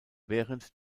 während